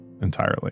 entirely